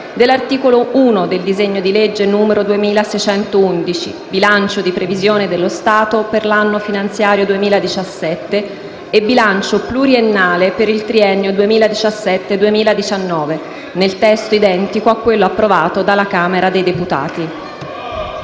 dell'articolo 1 del disegno di legge n. 2611 «Bilancio di previsione dello Stato per l'anno finanziario 2017 e bilancio pluriennale per il triennio 2017-2019», nel testo identico a quello approvato dalla Camera dei deputati.